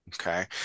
Okay